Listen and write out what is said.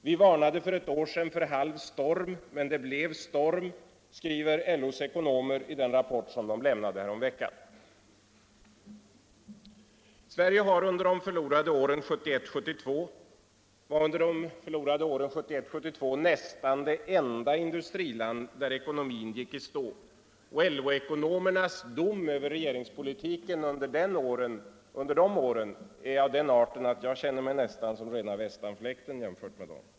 ”Vi varnade för ett år sedan för halv storm men det blev svår storm”, skriver LO:s ekonomer i den rapport som de lämnade häromveckan. Sverige var under de förlorade åren 1971-1972 nästan det enda industriland där ekonomin gick i stå. LO-ekonomernas dom över regeringspolitiken under de åren är av den arten att jag känner mig nästan som rena västanfläkten jämfört med dem.